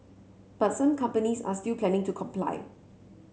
but some companies are still planning to comply